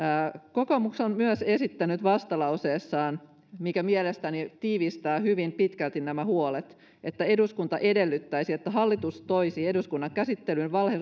kokoomus on myös esittänyt vastalauseessaan mikä mielestäni tiivistää hyvin pitkälti nämä huolet että eduskunta edellyttäisi että hallitus toisi eduskunnan käsittelyyn